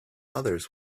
others